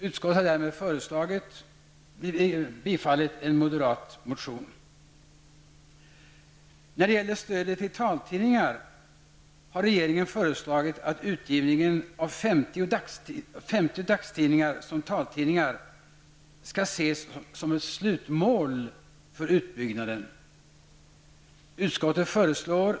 Utskottet tillstyrker därmed en moderat motion. När det gäller stödet till taltidningar har regeringen föreslagit att utgivningen av 50 dagstidningar som taltidningar skall ses som ett slutmål för utbyggnaden i detta sammanhang.